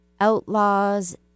Outlaws